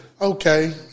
Okay